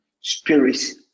spirits